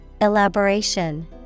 Elaboration